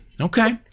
Okay